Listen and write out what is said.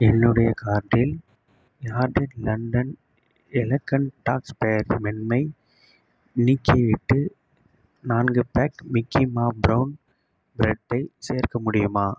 என்னுடைய கார்ட்டில் Yardley London elegant talc spare மென்மை நீக்கிவிட்டு நான்கு பேக் மிக்கி மா ப்ரவுன் ப்ரெட்டை சேர்க்க முடியுமா